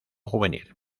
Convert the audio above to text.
juvenil